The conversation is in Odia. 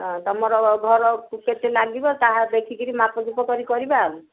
ହଁ ତୁମର ଘର କେତେ ଲାଗିବ ତାହା ଦେଖିକିରି ମାପଚୁପ କରି କରିବା ଆଉ